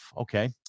Okay